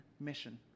mission